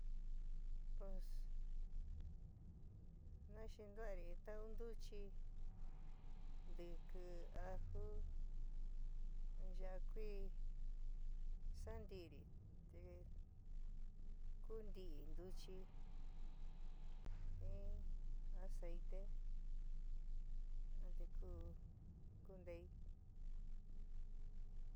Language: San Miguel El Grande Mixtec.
Ps na xintuaari in tau ntuchi, ntikii, aju, yaa kui, sa ntiri te kuu nti ntuchi jin aceite yuan te ku ku ntei.